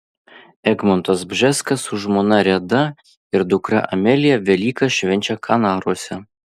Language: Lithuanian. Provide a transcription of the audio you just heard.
egmontas bžeskas su žmona reda ir dukra amelija velykas švenčia kanaruose